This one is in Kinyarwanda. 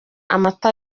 amata